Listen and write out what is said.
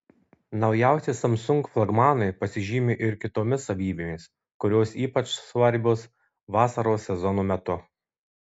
naujausi samsung flagmanai pasižymi ir kitoms savybėmis kurios ypač svarbios vasaros sezono metu